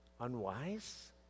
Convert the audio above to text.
unwise